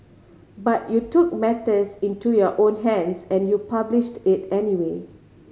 but you took matters into your own hands and you published it anyway